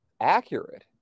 accurate